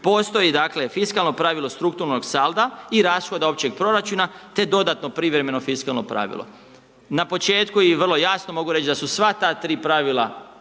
postoji dakle fiskalno pravilo strukturnog salda i rashoda općeg proračuna te dodatno privremeno fiskalno pravilo. Na početku i vrlo jasno mogu reći da su sva ta tri pravila